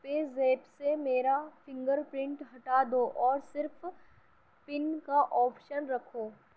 پے زیپ سے میرا فنگر پرنٹ ہٹا دو اور صرف پن کا آپشن رکھو